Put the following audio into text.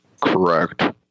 Correct